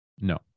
No